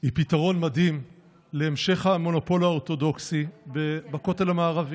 היא פתרון מדהים להמשך המונופול האורתודוקסי בכותל המערבי.